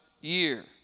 year